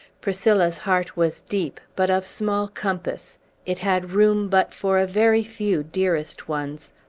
priscilla's heart was deep, but of small compass it had room but for a very few dearest ones,